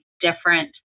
different